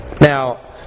Now